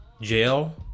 jail